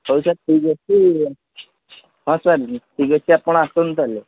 ହଉ ସାର୍ ଠିକ୍ ଅଛି ହଁ ସାର୍ ଠିକ୍ ଅଛି ଆପଣ ଆସନ୍ତୁ ତା'ହେଲେ